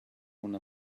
una